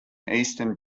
eastern